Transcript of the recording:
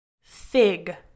Fig